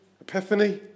epiphany